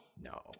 no